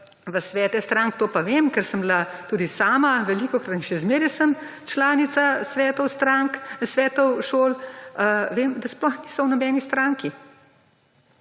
v svete strank, to pa vem, ker sem bila tudi sama velikokrat in še zmeraj sem članica svetov strank, svetov šol, vem, da sploh niso v nobeni stranki,